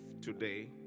today